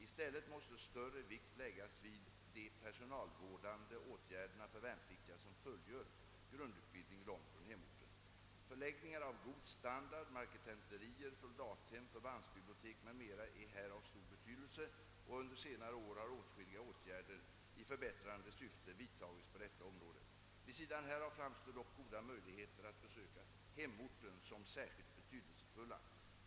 I stället måste större vikt läggas vid de personalvårdande åtgärderna för värnpliktiga som fullgör grundutbildning långt från hemorten. Förläggningar av god standard, marketenterier, soldathem, förbandsbibliotek m.m. är här av stor betydelse. Under senare år har åtskilliga åtgärder i förbättrande syfte vidtagits på detta område. Vid sidan härav framstå dock goda möjligheter att besöka hemorten som särskilt betydelsefulla.